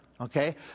Okay